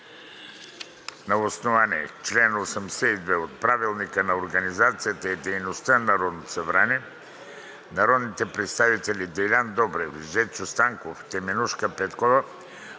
На основание чл. 82 от Правилника за организацията и дейността на Народното събрание народните представители Делян Добрев, Жечо Станков, Теменужка Петкова